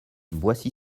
boissy